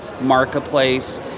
marketplace